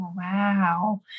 Wow